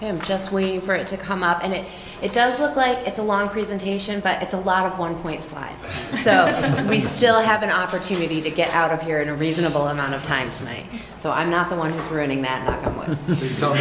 and just waiting for it to come up and it does look like it's a long presentation but it's a lot of one point five so then we still have an opportunity to get out of here in a reasonable amount of time today so i'm not the one who's running that